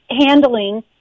handling